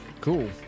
Cool